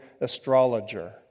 astrologer